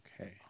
Okay